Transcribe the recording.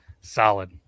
solid